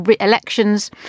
elections